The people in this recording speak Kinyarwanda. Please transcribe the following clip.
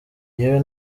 yewe